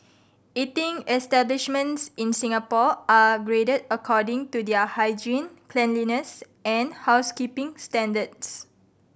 eating establishments in Singapore are graded according to their hygiene cleanliness and housekeeping standards